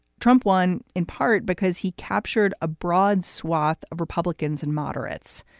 trump won in part because he captured a broad swath of republicans and moderates.